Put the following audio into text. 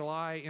july